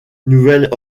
nouvelle